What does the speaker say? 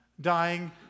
dying